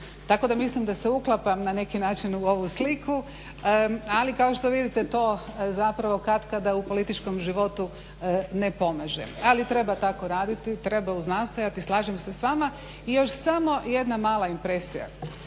Tako da mislim da se uklapam na neki način u ovu sliku, ali kao što vidite to zapravo katkada u političkom životu ne pomaže. Ali treba tako raditi, treba uznastojati, slažem se s vama. I još samo jedna mala impresija